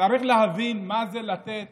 להערכתי, צריך להבין מה זה לתת